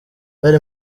hari